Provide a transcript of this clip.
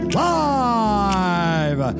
live